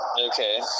okay